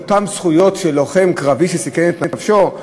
אותן זכויות של לוחם קרבי שסיכן את נפשו?